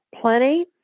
plenty